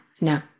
no